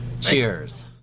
Cheers